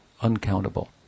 uncountable